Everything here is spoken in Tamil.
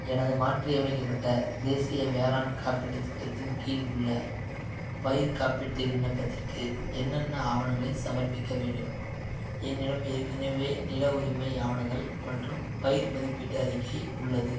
எனது மாற்றியமைக்கப்பட்ட தேசிய வேளாண் காப்பீட்டுத் திட்டத்தின் கீழ் உள்ள பயிர்க் காப்பீட்டு விண்ணப்பத்திற்கு என்னென்ன ஆவணங்களைச் சமர்ப்பிக்க வேண்டும் என்னிடம் ஏற்கனவே நில உரிமை ஆவணங்கள் மற்றும் பயிர் மதிப்பீட்டு அறிக்கை உள்ளது